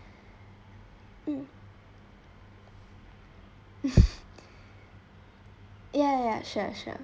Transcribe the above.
mm ya ya ya sure sure